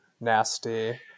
nasty